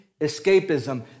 escapism